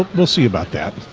we'll see about that